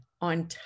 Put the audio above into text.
on